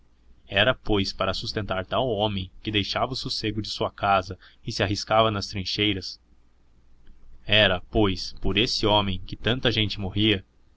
era pois para sustentar tal homem que deixara o sossego de sua casa e se arriscava nas trincheiras era pois por esse homem que tanta gente morria